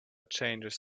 changes